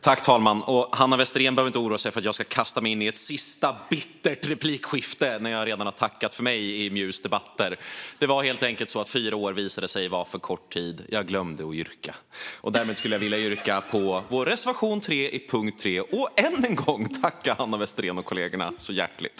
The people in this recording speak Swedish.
Herr talman! Hanna Westerén behöver inte oroa sig för att jag ska kasta mig in i ett sista, bittert replikskifte när jag redan har tackat för mig i MJU:s debatter. Det är helt enkelt så att fyra år visade sig vara för kort tid - jag glömde att yrka. Därmed vill jag yrka bifall till vår reservation 3 under punkt 3 - och än en gång tacka Hanna Westerén och kollegorna så hjärtligt.